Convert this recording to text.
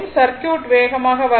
சர்க்யூட்டை வேகமாக வரையவும்